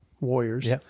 Warriors